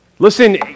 Listen